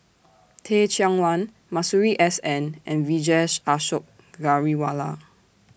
Teh Cheang Wan Masuri S N and Vijesh Ashok Ghariwala